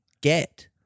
get